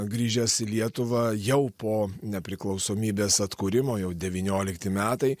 grįžęs į lietuvą jau po nepriklausomybės atkūrimo jau devyniolikti metai